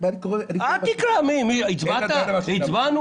עוד לא הצבענו.